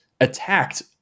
attacked